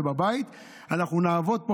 בשביל כל אחד ואחד מכם שיושב ביציע ובבית.